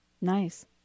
Nice